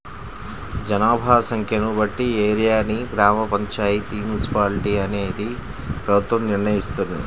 జనాభా సంఖ్యను బట్టి ఏరియాని గ్రామ పంచాయితీ, మున్సిపాలిటీ అనేది ప్రభుత్వం నిర్ణయిత్తది